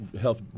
health